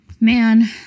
Man